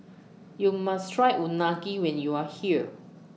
YOU must Try Unagi when YOU Are here